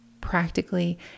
practically